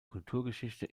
kulturgeschichte